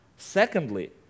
Secondly